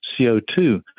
CO2